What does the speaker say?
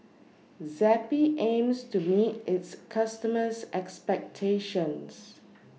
Zappy aims to meet its customers' expectations